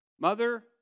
mother